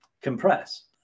compress